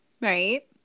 right